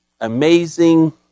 amazing